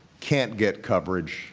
can't get coverage